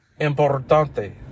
importante